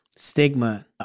Stigma